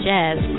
Jazz